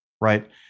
right